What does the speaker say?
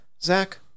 Zach